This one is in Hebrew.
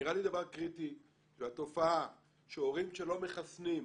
נראה לי דבר קריטי והתופעה שהורים שלא מחסנים,